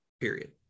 period